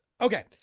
Okay